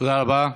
תודה רבה.